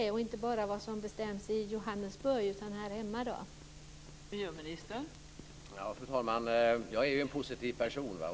Det gäller inte bara vad som bestäms i Johannesburg utan det som sker här hemma.